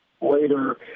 later